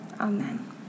amen